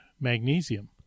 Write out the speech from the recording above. magnesium